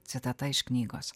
citata iš knygos